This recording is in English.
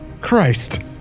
Christ